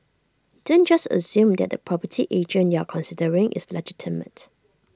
don't just assume that the property agent you are considering is legitimate